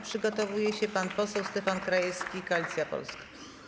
Przygotowuje się pan poseł Stefan Krajewski, Koalicja Polska.